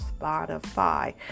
Spotify